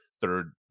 third